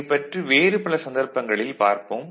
இதைப் பற்றி வேறு பல சந்தர்ப்பங்களில் பார்ப்போம்